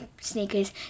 sneakers